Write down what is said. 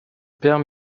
père